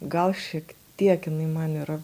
gal šiek tiek jinai man yra